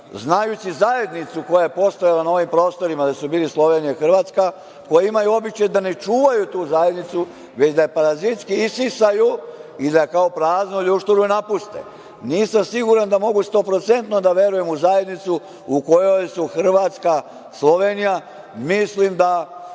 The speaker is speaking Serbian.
znajući zajednicu koja je postojala na ovim prostorima, gde su bile Slovenija i Hrvatska, koje imaju običaj da ne čuvaju tu zajednicu, već da je parazitski isisaju i da je kao praznu ljušturu je napuste. Nisam siguran da mogu stoprocentno da verujem u zajednicu u kojoj su Hrvatska, Slovenija. Mislim da